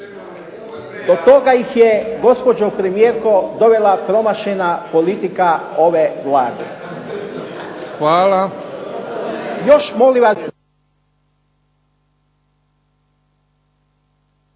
do toga ih je gospođo premijerko dovela promašena politika ove Vlade.